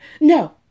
no